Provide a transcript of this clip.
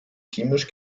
chemisch